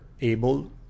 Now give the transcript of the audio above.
able